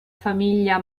famiglia